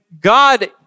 God